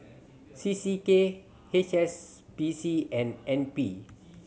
C C K H S B C and N P